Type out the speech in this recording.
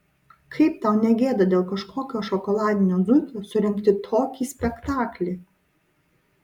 kaip tau ne gėda dėl kažkokio šokoladinio zuikio surengti tokį spektaklį